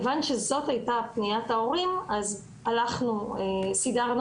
כיוון שזאת הייתה פניית ההורים אז הלכנו וסידרנו